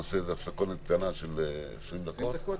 נעשה הפסקה של 20 דקות.